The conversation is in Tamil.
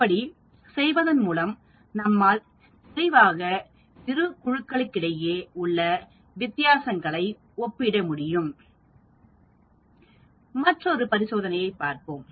இப்படி செய்வதன் மூலம் நம்மால் தெளிவாக இரு குழுக்களிடையே உள்ள வித்தியாசங்களை ஒப்பிட முடியும் மற்றொரு பரிசோதனையைப் பார்ப்போம்